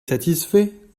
satisfait